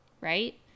right